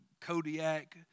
Kodiak